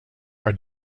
are